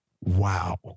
wow